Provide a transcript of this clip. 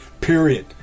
Period